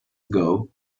ago